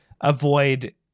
avoid